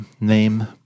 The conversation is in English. name